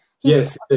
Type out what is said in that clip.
Yes